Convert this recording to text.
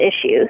issues